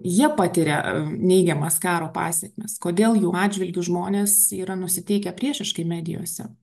jie patiria neigiamas karo pasekmes kodėl jų atžvilgiu žmonės yra nusiteikę priešiškai medijose